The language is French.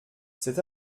cet